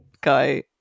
guy